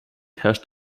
herrscht